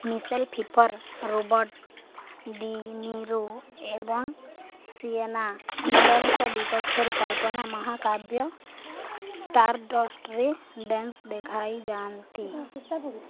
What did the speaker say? Michel Pfeiffer Robert De Niro ଏବଂ Sienna ମିଲରଙ୍କ ବିପକ୍ଷରେ କଳ୍ପନା ମହାକାବ୍ୟ ଷ୍ଟାରଡ଼ଷ୍ଟରେ ଡ୍ୟାନ୍ସ୍ ଦେଖାଇଯାଆନ୍ତି